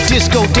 Disco